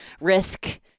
risk